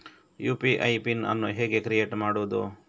UPI PIN ಅನ್ನು ಹೇಗೆ create ಮಾಡುದು?